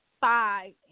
five